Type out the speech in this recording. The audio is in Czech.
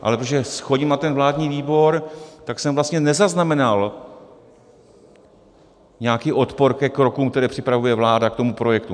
Ale protože chodím na ten vládní výbor, tak jsem vlastně nezaznamenal nějaký odpor ke krokům, které připravuje vláda k tomu projektu.